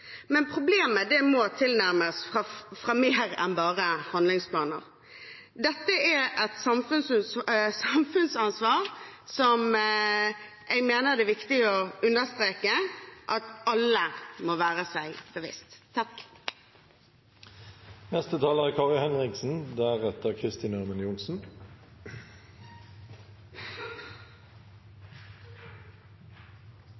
Men problemet må tilnærmes fra mer enn bare handlingsplaner. Dette er et samfunnsansvar som jeg mener det er viktig å understreke at alle må være seg bevisst.